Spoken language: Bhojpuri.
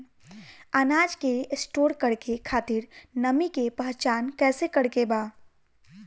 अनाज के स्टोर करके खातिर नमी के पहचान कैसे करेके बा?